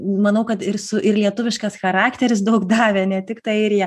manau kad ir su ir lietuviškas charakteris daug davė ne tiktai airija